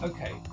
Okay